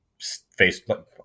facebook